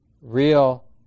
real